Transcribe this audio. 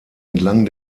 entlang